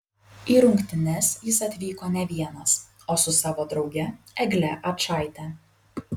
į rungtynes jis atvyko ne vienas o su savo drauge egle ačaite